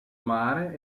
mare